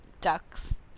ducks